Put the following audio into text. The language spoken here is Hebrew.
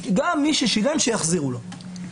גם מי ששילם, שיחזירו לו.